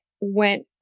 went